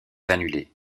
annuler